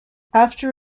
after